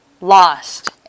lost